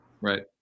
Right